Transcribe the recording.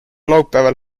laupäeval